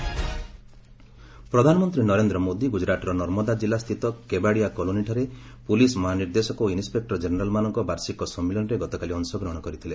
PM Gujarat visit ପ୍ରଧାନମନ୍ତ୍ରୀ ନରେନ୍ଦ୍ର ମୋଦି ଗୁଜରାଟର ନର୍ମଦା କିଲ୍ଲା ସ୍ଥିତ କେବାଡ଼ିଆ କଲୋନୀଠାରେ ପୁଲିସ୍ ମହାନିର୍ଦ୍ଦେଶକ ଓ ଇନ୍ସପେକ୍ଟର ଜେନେରାଲ୍ମାନଙ୍କ ବାର୍ଷିକ ସମ୍ମିଳନୀରେ ଗତକାଲି ଅଂଶଗ୍ରହଣ କରିଥିଲେ